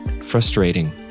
frustrating